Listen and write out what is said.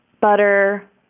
butter